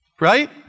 right